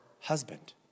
husband